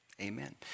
Amen